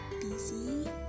busy